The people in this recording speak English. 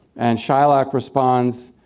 and shylock responds,